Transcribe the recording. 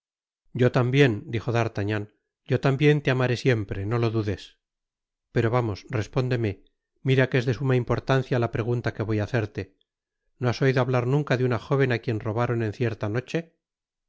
yo tambien dijo d'artagnan yo tambien te amaré siempre no lo dudes pero vamos respóndeme mira que es de suma importancia la pregunta que voy á hacerte no has oido hablar nunca de una jóven á quien robaron en cierta noche